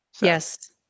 Yes